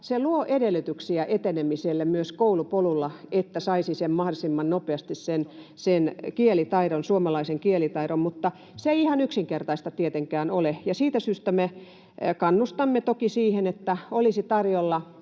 se luo edellytyksiä etenemiselle myös koulupolulla, että saisi sen kielitaidon mahdollisimman nopeasti, suomalaisen kielitaidon. Mutta se ei ihan yksinkertaista tietenkään ole, ja siitä syystä me kannustamme toki siihen, että olisi tarjolla